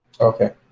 Okay